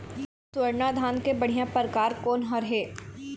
स्वर्णा धान के बढ़िया परकार कोन हर ये?